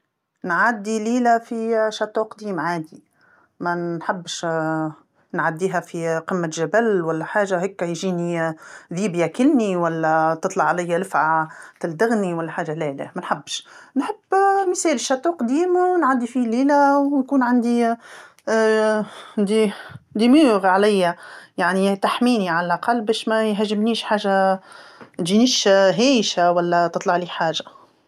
نعدي ليله في قصر قديم عادي، ما نحبش نعديها في قمة جبل ولا حاجه هاكا يجيني ذيب ياكلني ولا تطلع عليا لفعى تلدغني ولا حاجه لا لا، ما نحبش، نحب مثال قصر قديم نعدي فيه الليله ويكون عندي جدران عليا، يعني تحميني على الأقل باش مايهاجمنيش ما تجينيش هايشه ولا تطلعلي حاجه.